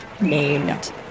named